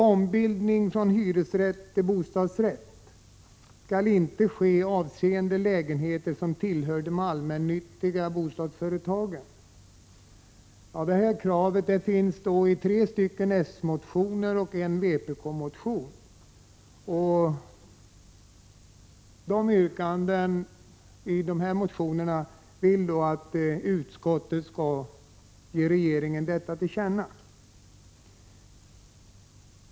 Ombildning från hyresrätt till bostadsrätt skall inte ske med lägenheter som tillhör de allmännyttiga bostadsföretagen. Detta krav finns i tre socialdemokratiska motioner och i en vpk-motion. Motionärerna vill att utskottet skall ge regeringen detta till känna.